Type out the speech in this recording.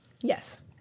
Yes